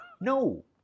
No